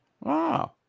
Wow